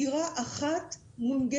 הבניין שאתם בונים דירה אחת מונגשת.